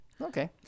Okay